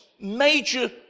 major